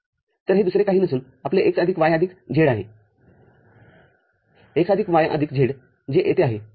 तरहे दुसरे काही नसून आपले x आदिक y आदिक z आहे x आदिक y आदिक z जे येथे आहे